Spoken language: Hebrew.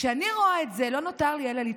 כשאני רואה את זה לא נותר לי אלא לתהות: